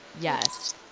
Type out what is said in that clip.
Yes